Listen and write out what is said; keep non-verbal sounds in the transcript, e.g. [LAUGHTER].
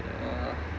[NOISE]